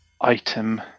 item